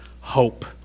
hope